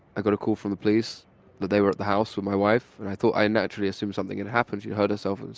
i got a call from the police that they were at the house with my wife. and i so i naturally assumed something and happened, she hurt herself. and